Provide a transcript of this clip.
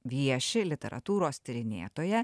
vieši literatūros tyrinėtoja